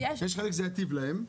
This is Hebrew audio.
יש חלק שזה ייטיב להם,